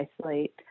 isolate